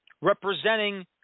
representing